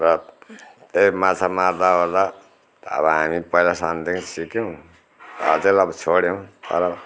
र त्यही माछा मार्दा ओर्दा अबो हामी पैला सानैदेखिन् सिक्यौँ अचेल अब छोड्यौँ तर